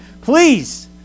please